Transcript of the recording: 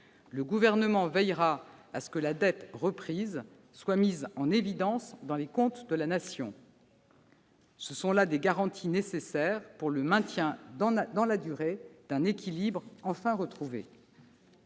le Gouvernement veillera à ce que la dette reprise soit mise en évidence dans les comptes de la Nation. Ce sont là des garanties nécessaires au maintien dans la durée d'un équilibre enfin retrouvé.